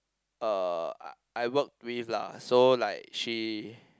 uh I I worked with lah so like she